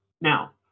Now